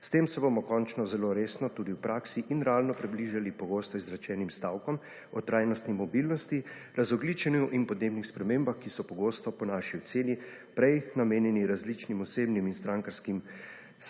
S tem se bomo končno zelo resno tudi v praksi in realno približali pogosto izrečenim stavkom o trajnostni mobilnosti, razogljičenju in podnebnih spremembah, ki so pogosto po naši oceni prej namenjeni različnim osebnim in strankarskim